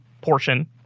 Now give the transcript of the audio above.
portion